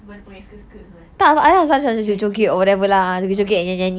sebab ada pakai skirt skirt semua eh